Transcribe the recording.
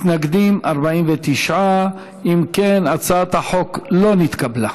מתנגדים, 49. אם כן, הצעת החוק לא נתקבלה.